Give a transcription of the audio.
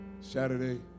Saturday